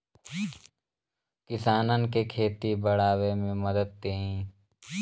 किसानन के खेती बड़ावे मे मदद देई